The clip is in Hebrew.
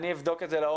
אני אבדוק את זה לעומק.